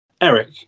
Eric